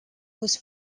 was